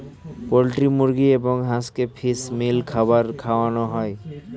poultry মুরগি এবং হাঁসকে ফিশ মিল খাবার খাওয়ানো হয়